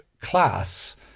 class